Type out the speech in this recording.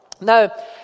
Now